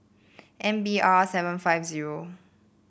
M B R seven five zero